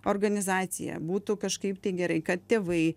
organizacija būtų kažkaip tai gerai kad tėvai